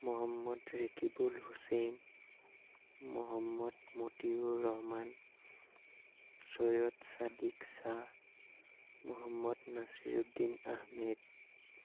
Mohammad Rekibul Hussain Mohammad Motiur Rahman Syed Sadiksha Mohammad Nasiruddin Ahmed